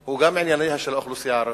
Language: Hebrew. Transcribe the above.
הוא גם ענייניה של האוכלוסייה הערבית,